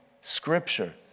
scripture